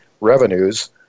revenues